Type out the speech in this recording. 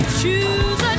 choose